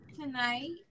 tonight